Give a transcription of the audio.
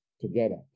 together